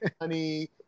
honey